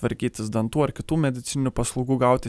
tvarkytis dantų ar kitų medicininių paslaugų gauti